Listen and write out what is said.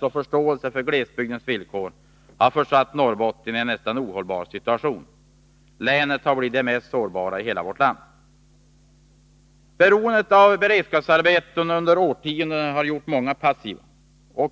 och förståelse för glesbygdens villkor har försatt Norrbotten i en nästan ohållbar situation. Länet har blivit det mest sårbara i hela vårt land. Ett långvarigt beroende av beredskapsarbeten har gjort många passiva.